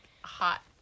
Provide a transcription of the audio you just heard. hot